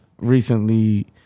recently